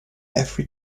every